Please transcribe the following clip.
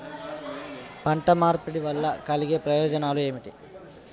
పంట మార్పిడి వల్ల కలిగే ప్రయోజనాలు ఏమిటి?